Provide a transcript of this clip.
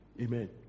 Amen